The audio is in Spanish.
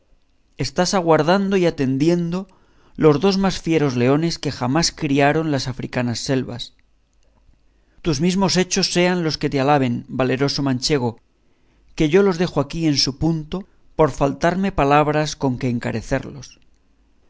estás aguardando y atendiendo los dos más fieros leones que jamás criaron las africanas selvas tus mismos hechos sean los que te alaben valeroso manchego que yo los dejo aquí en su punto por faltarme palabras con que encarecerlos